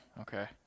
Okay